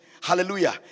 Hallelujah